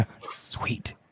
Sweet